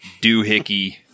doohickey